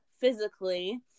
physically